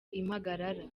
impagarara